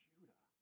Judah